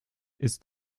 ist